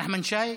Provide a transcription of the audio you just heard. נחמן שי,